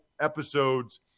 episodes